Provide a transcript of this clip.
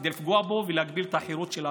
כדי לפגוע בו ולהגביל את החירות של האדם.